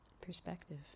perspective